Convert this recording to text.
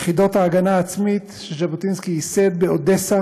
יחידות ההגנה העצמית שז'בוטינסקי ייסד באודסה